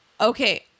Okay